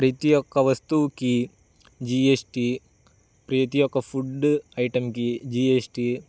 ప్రతీ ఒక్క వస్తువుకి జీ ఎస్ టీ ప్రతీ ఒక్క ఫుడ్ ఐటమ్కి జీ ఎస్ టీ